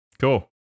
cool